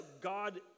God